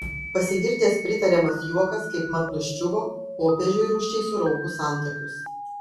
pasigirdęs pritariamas juokas kaipmat nuščiuvo popiežiui rūsčiai suraukus antakius